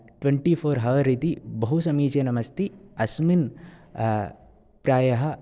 twenty four hour इति बहुसमीचीनम् अस्ति अस्मिन् प्रायः